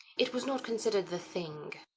it was not considered the thing.